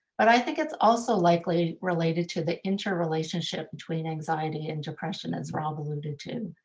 but i think it's also likely related to the interrelationship between anxiety and depression as rob alluded to,